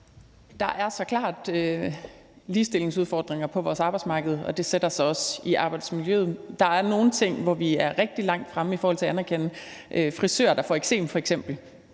klart ligestillingsudfordringer på vores arbejdsmarked, og det viser sig også i forhold til arbejdsmiljøet. Der er nogle ting, hvor vi er rigtig langt fremme i forhold til at anerkende det. F.eks frisører, der får eksem, har en